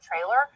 trailer